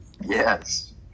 Yes